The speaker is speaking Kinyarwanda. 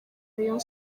rayon